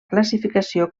classificació